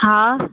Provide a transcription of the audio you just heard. हा